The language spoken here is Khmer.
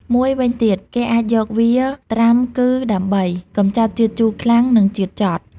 មួយវិញទៀតគេអាចយកវាត្រាំគឺដើម្បី កម្ចាត់ជាតិជូរខ្លាំង និងជាតិចត់។